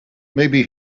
maybe